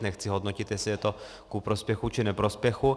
Nechci hodnotit, jestli je to ku prospěchu, či neprospěchu.